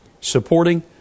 supporting